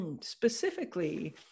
specifically